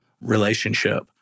relationship